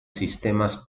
sistemas